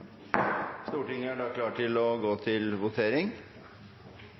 Stortinget klar til å gå til votering